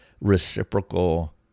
reciprocal